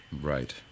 Right